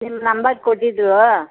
ನಿಮ್ಮ ನಂಬರ್ ಕೊಟ್ಟಿದ್ರು